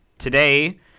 Today